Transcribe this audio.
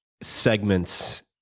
segments